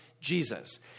Jesus